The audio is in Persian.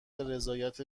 رضایت